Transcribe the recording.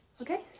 Okay